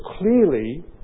clearly